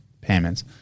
payments